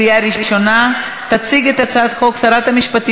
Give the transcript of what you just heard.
עברה בקריאה ראשונה ועוברת לוועדת החוקה.